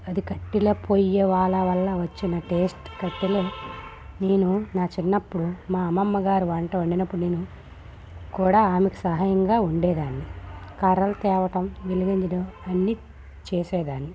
అది కట్టెల పొయ్యి వాళ్ళ వల్ల వచ్చిన టేస్ట్ కట్టెలు నేను నా చిన్నప్పుడు మా అమ్మమ్మగారు వంట వండినప్పుడు కూడా ఆమెకు సహాయంగా ఉండేదాన్ని కర్రలు తేవటం వెలిగించటం అన్నీ చేసేదాన్ని